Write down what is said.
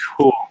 Cool